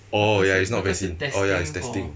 oh ya is not vaccine oh ya is testing